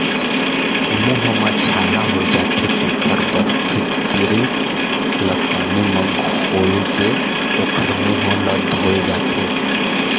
मूंह म छाला हो जाथे तेखर बर फिटकिरी ल पानी म घोलके ओखर मूंह ल धोए जाथे